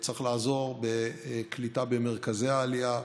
צריך לעזור בקליטה במרכזי העלייה,